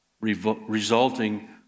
resulting